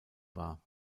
war